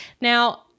Now